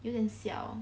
有点小